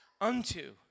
unto